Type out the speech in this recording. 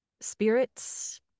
spirits